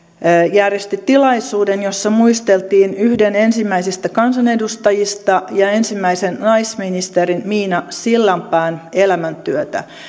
järjesti tilaisuuden jossa muisteltiin yhden ensimmäisistä kansanedustajista ja ensimmäisen naisministerin miina sillanpään elämäntyötä